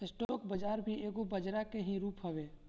stock बाजार भी एगो बजरा के ही रूप हवे